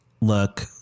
Look